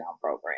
program